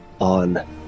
on